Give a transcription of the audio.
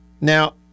Now